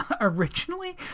Originally